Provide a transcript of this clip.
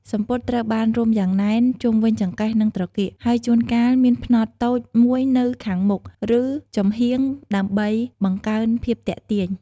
សំពត់ត្រូវបានរុំយ៉ាងណែនជុំវិញចង្កេះ និងត្រគាក ហើយជួនកាលមានផ្នត់តូចមួយនៅខាងមុខ ឬចំហៀងដើម្បីបង្កើនភាពទាក់ទាញ។